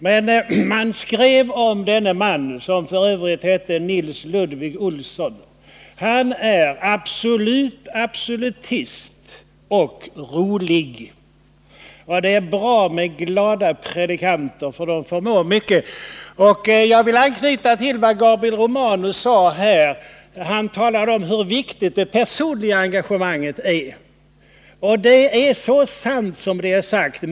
Men man skrev där om denne man, som f. ö. hette Nils Ludvig Olsson: Han är absolut absolutist och rolig. Ja, det är bra med glada predikanter, för de förmår mycket. Jag vill anknyta till vad Gabriel Romanus sade. Han talade här om hur viktigt det personliga engagemanget är, och det är så sant som det är sagt.